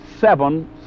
seven